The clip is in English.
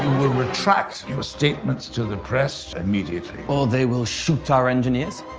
will retract your statements to the press immediately. or they will shoot our engineers?